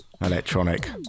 electronic